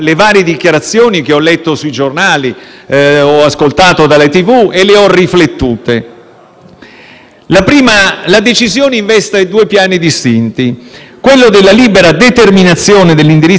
luogo, la decisione investe due piani distinti: quello della libera determinazione dell'indirizzo politico dei Governi e quello dello Stato di diritto, democratico e costituzionale. I Costituenti